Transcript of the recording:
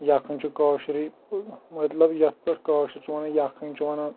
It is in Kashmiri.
یکھٕنۍ چھِ کٲشرٕے مطلب یَتھ پٮ۪ٹھ کٲشر چھِ ونان یکھٕنۍ چھِ ونان